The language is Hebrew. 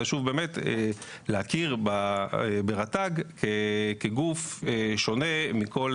חשוב באמת להכיר ברט"ג כגוף שונה מכל